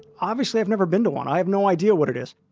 obviously, i've never been to one. i have no idea what it is.